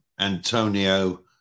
Antonio